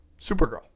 Supergirl